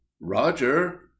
Roger